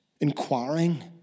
inquiring